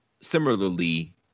similarly